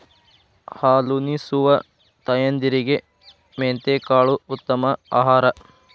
ಹಾಲುನಿಸುವ ತಾಯಂದಿರಿಗೆ ಮೆಂತೆಕಾಳು ಉತ್ತಮ ಆಹಾರ